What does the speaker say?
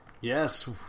Yes